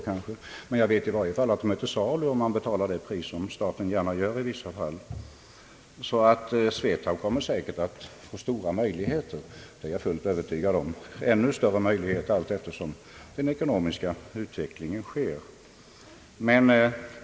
I varje fall vet jag att de är till salu, om man betalar det pris som staten gärna gör i vissa fall. Att SVETAB kommer att få stora möjligheter är jag fullt övertygad om, och de möjligheterna blir ännu större allteftersom den ekonomiska utvecklingen går vidare.